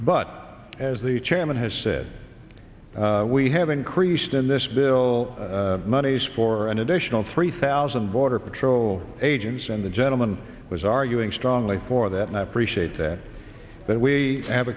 but as the chairman has said we have increased in this bill monies for an additional three thousand border patrol agents and the gentleman i was arguing strongly for that and i appreciate that that we have